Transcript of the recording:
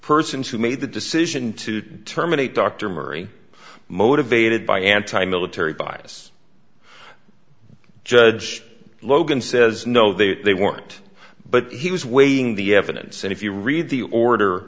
persons who made the decision to terminate dr marie motivated by anti military bias judge logan says no that they weren't but he was weighing the evidence and if you read the order